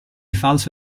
falso